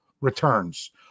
returns